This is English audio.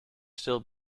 still